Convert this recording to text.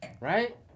Right